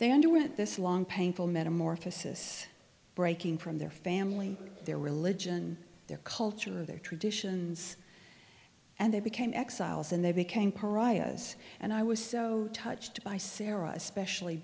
they underwent this long painful metamorphosis breaking from their family their religion their culture their traditions and they became exiles and they became pariahs and i was so touched by sarah especially